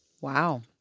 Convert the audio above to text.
Wow